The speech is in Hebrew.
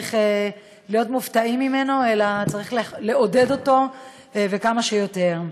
צריך להיות מופתעים ממנו אלא צריך לעודד אותו וכמה שיותר.